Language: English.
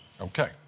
Okay